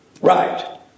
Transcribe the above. Right